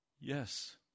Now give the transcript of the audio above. Yes